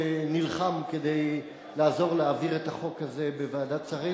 שנלחם כדי לעזור להעביר את החוק הזה בוועדת שרים.